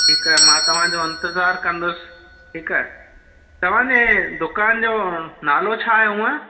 ठीकु आहे मां तव्हां जो इंतज़ारु ठीकु आहे तव्हां जे दुकान जो नालो छा आहे हूअं